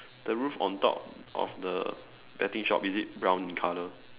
the roof on top of the betting shop is it brown in colour